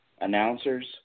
announcers